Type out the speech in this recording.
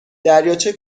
دریاچه